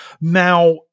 Now